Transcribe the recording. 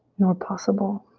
nor possible.